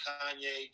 Kanye